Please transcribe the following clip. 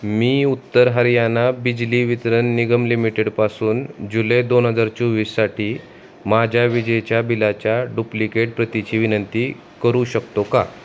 मी उत्तर हरियाणा बिजली वितरण निगम लिमिटेडपासून जुलै दोन हजार चोवीससाठी माझ्या विजेच्या बिलाच्या डुप्लिकेट प्रतीची विनंती करू शकतो का